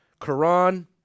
Quran